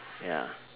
ya